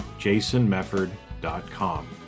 jasonmefford.com